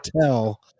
tell